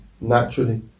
naturally